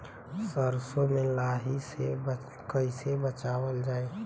सरसो में लाही से कईसे बचावल जाई?